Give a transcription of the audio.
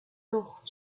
لخت